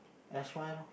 s_y lor